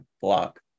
block